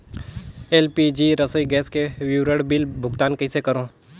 LPG रसोई gas के विवरण बिल भुगतान कइसे करों?